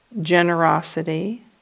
generosity